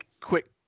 quick